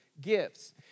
gifts